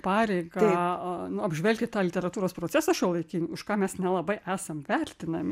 pareigą apžvelgti tą literatūros procesą šiuolaikinį už ką mes nelabai esam vertinami